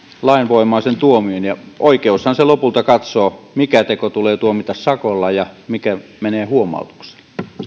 lainvoimaisen tuomion ja oikeushan sen lopulta katsoo mikä teko tulee tuomita sakolla ja mikä menee huomautuksella